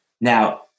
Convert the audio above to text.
Now